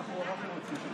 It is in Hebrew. חברי הכנסת, אנחנו עוברים,